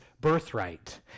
birthright